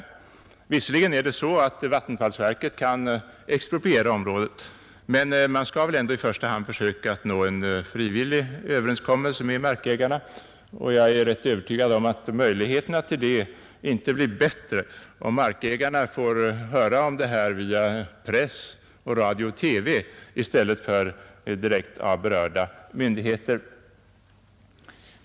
Visserligen är det så att vattenfallsverket kan expropriera området, men man skall väl ändå i första hand försöka nå en frivillig överenskommelse med markägarna. Jag är rätt övertygad om att möjligheterna till det inte blir bättre, om markägarna får höra om detta via press och radio-TV i stället för direkt av berörda myndigheter.